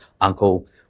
uncle